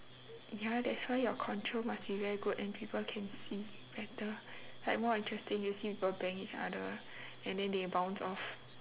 ya that's why your control must be very good and people can see better like more interesting to see people banging each other and then they bounce off